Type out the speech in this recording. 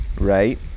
right